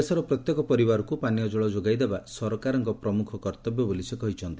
ଦେଶର ପ୍ରତ୍ୟେକ ପରିବାରକୃ ପାନୀୟ ଜଳ ଯୋଗାଇ ଦେବା ସରକାରଙ୍କ ପ୍ରମୁଖ କର୍ତ୍ତବ୍ୟ ବୋଲି ସେ କହିଛନ୍ତି